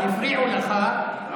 אבל הפריעו לך,